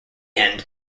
end